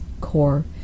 Core